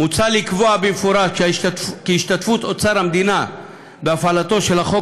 מוצע לקבוע במפורש כי השתתפות אוצר המדינה בהפעלתו של החוק